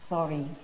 Sorry